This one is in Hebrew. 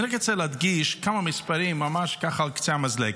אני רק רוצה להדגיש כמה מספרים ממש על קצה המזלג,